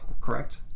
correct